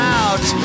out